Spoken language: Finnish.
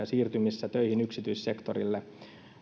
siirtymisessä töihin yksityissektorille